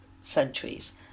centuries